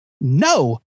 no